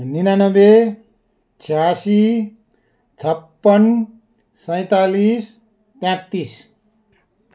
निनानब्बे छ्यासी छप्पन्न सैँतालिस त्याँत्तिस